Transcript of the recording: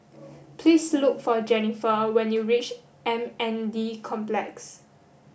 please look for Jenifer when you reach M N D Complex